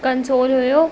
console हुओ